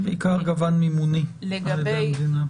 זה בעיקר גוון מימוני על ידי המדינה.